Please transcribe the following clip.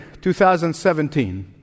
2017